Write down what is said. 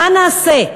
מה נעשה?